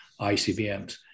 ICBMs